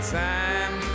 time